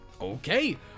Okay